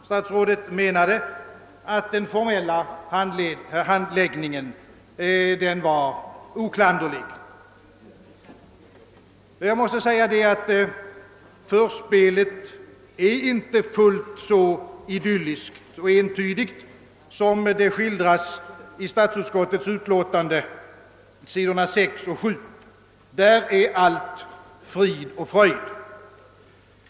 Statsrådet menade att den formella handläggläggningen varit oklanderlig. Förspelet är dock inte fullt så idylliskt och entydigt som det skildras i statsutskottets förevarande utlåtande på s. 6 och 7, där man får det intrycket att allt varit frid och fröjd.